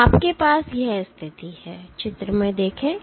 तो आपके पास यह स्थिति है